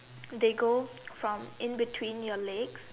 they go from in between your legs